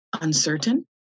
uncertain